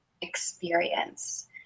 experience